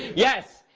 yes,